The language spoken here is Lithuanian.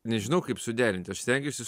nežinau kaip suderinti aš stengiuosi